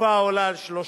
תקופה העולה על 30 ימים.